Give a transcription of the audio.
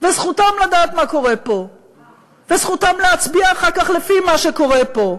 וזכותם לדעת מה קורה פה וזכותם להצביע אחר כך לפי מה שקורה פה,